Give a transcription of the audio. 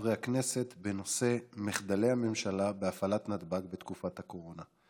בנושא: מחדלי הממשלה בהפעלת נתב"ג בתקופה הקורונה.